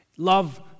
Love